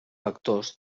factors